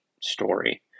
story